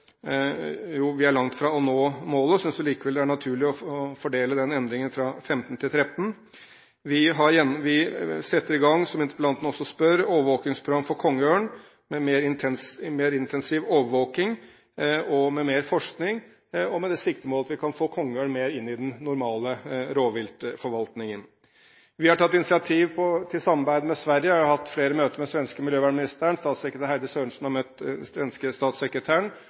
vi jo er langt fra å nå målet, synes vi likevel det er naturlig å fordele den endringen fra 15 til 13. Vi setter i gang, som interpellanten også etterspør, overvåkingsprogram for kongeørn, med mer intensiv overvåking og mer forskning og med det siktemål at vi kan få kongeørn med inn i den normale rovviltforvaltningen. Vi har tatt initiativ til et samarbeid med Sverige. Jeg har hatt flere møter med den svenske miljøvernministeren. Statssekretær Heidi Sørensen har møtt den svenske statssekretæren.